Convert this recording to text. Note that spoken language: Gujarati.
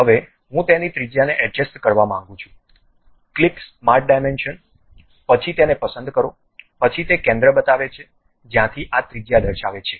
હવે હું તેની ત્રિજ્યાને એડજસ્ટ કરવા માંગું છું ક્લિક સ્માર્ટ ડાયમેન્શન પછી તેને પસંદ કરો પછી તે કેન્દ્ર બતાવે છે જ્યાંથી આ ત્રિજ્યા દર્શાવે છે